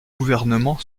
gouvernement